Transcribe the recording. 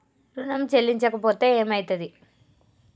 ఋణం చెల్లించకపోతే ఏమయితది?